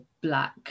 black